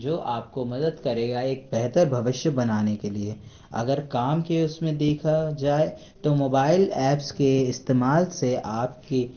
जो आपको मदद करेगा एक बेहतर भविष्य बनने के लिए अगर काम के उसमें देखा जाए तो मोबाईल ऐप्स के इस्तेमाल से आपकी